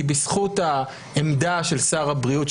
כי בזכות העמדה של שר הבריאות,